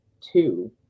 two